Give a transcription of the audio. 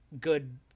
good